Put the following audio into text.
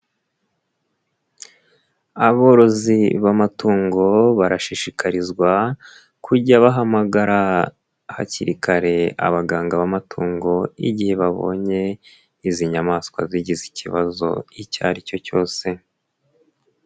Aborozi b'amatungo barashishikarizwa kujya bahamagara hakiri kare abaganga b'amatungo igihe babonye izi nyamaswa zigize ikibazo icyo ari cyo cyose.